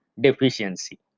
deficiency